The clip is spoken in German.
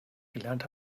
gelernt